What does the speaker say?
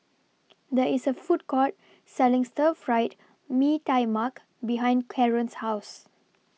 There IS A Food Court Selling Stir Fried Mee Tai Mak behind Karon's House